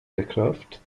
aircraft